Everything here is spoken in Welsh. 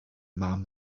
mam